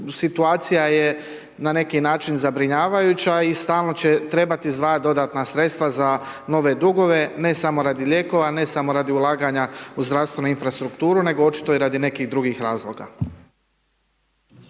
situacija je na neki način zabrinjavajuća i stalno će trebati izdvajati dodatna sredstva za nove dugove, ne samo radi lijekova, ne samo radi ulaganja u zdravstvenu infrastrukturu, nego očito i radi nekih drugih razloga.